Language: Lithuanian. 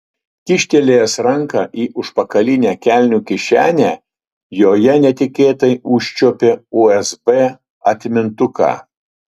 kyštelėjęs ranką į užpakalinę kelnių kišenę joje netikėtai užčiuopė usb atmintuką